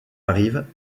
arrive